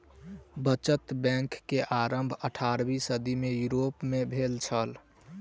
बचत बैंक के आरम्भ अट्ठारवीं सदी में यूरोप में भेल छल